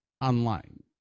online